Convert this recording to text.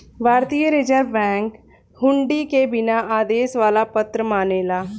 भारतीय reserve bank हुंडी के बिना आदेश वाला पत्र मानेला